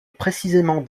précisément